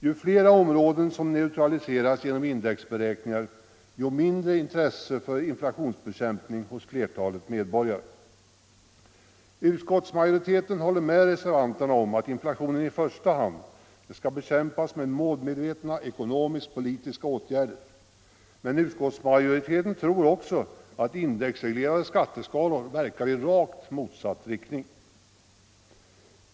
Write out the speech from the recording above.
Ju flera områden som neutraliseras genom indexberäkningar, des to mindre intresse för inflationsbekämpning blir det hos flertalet medborgare. Utskottsmajoriteten håller med reservanterna om att inflationen i första hand skall bekämpas med målmedvetna ekonomiskt-politiska åtgärder, men utskottsmajoriteten tror också att indexreglerade skatteskalor verkar i rakt motsatt riktning.